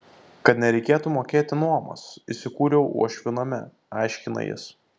kad nereikėtų mokėti nuomos įsikūriau uošvių name aiškina jis